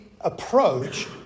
approach